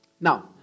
Now